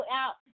out